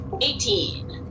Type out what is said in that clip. Eighteen